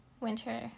winter